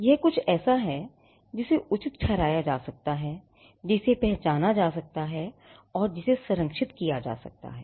यह कुछ ऐसा है जिसे उचित ठहराया जा सकता है जिसे पहचाना जा सकता है और जिसे संरक्षित किया जा सकता है